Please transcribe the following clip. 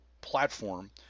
platform